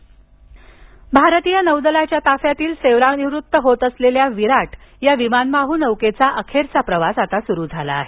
विराट युद्धनौका भारतीय नौदलाच्या ताफ्यातील सेवा निवृत्त होत असलेल्या विराट या विमानवाहू नौकेचा अखेरचा प्रवास आता सुरु झाला आहे